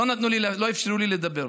לא אפשרו לי לדבר.